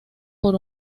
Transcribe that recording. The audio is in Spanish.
por